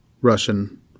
Russian